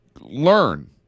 learn